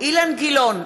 אילן גילאון,